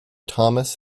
thomas